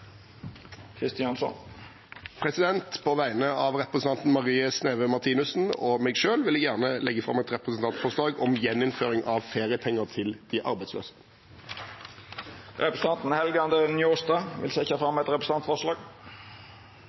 På vegne av stortingsrepresentanten Marie Sneve Martinussen og meg selv vil jeg gjerne framsette et forslag om gjeninnføring av feriepenger til de arbeidsløse. Representanten Helge André Njåstad vil setja fram eit representantforslag.